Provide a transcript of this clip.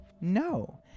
no